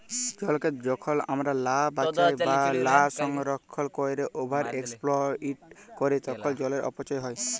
জলকে যখল আমরা লা বাঁচায় বা লা সংরক্ষল ক্যইরে ওভার এক্সপ্লইট ক্যরি তখল জলের অপচয় হ্যয়